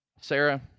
Sarah